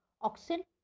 oxygen